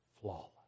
flawless